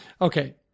Okay